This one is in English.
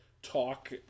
Talk